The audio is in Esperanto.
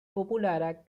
populara